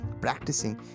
practicing